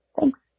Thanks